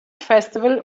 festival